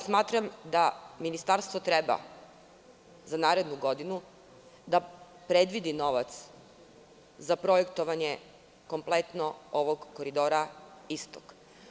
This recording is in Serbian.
Smatram da ministarstvo treba za narednu godinu da predvidi novac za projektovanje kompletno ovog Koridora Istok.